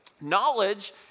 Knowledge